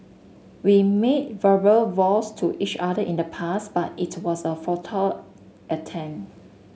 we made verbal vows to each other in the past but it was a futile attempt